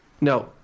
No